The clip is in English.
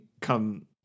come